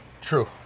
True